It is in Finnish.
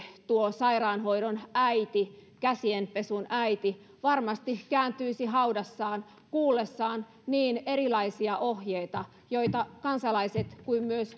tuo sairaanhoidon äiti käsienpesun äiti varmasti kääntyisi haudassaan kuullessaan niin erilaisia ohjeita joita niin kansalaiset kuin myös